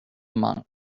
monk